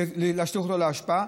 ולהשליך אותם לאשפה,